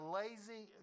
lazy